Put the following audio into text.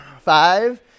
Five